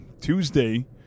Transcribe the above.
Tuesday